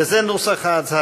וזה נוסח ההצהרה: